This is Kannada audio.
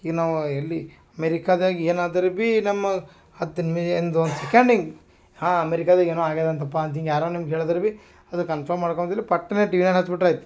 ಈಗ ನಾವು ಎಲ್ಲಿ ಅಮೇರಿಕದಾಗ ಏನಾದ್ರು ಬಿ ನಮ್ಮ ಹತ್ತು ಒಂದು ಸೆಕೆಂಡಿಗೆ ಹಾಂ ಅಮೇರಿಕದಾಗೆ ಏನೋ ಆಗಿದೆ ಅಂತಪ್ಪ ಅಂತ ಹಿಂಗೆ ಯಾರೋ ನಿಮ್ಗೆ ಹೇಳಿದ್ರು ಬಿ ಅದು ಕನ್ಫರ್ಮ್ ಮಾಡ್ಕೊಂದಿಲ್ಲಿ ಪಟ್ನೇ ಟಿವಿ ನೈನ್ ಹಚ್ಚಿ ಬಿಟ್ರಾಯ್ತು